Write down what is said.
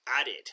added